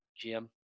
Jim